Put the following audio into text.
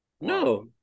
No